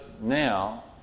now